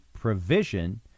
Provision